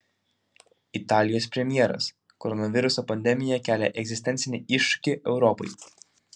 italijos premjeras koronaviruso pandemija kelia egzistencinį iššūkį europai